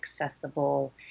accessible